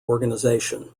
organization